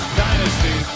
dynasty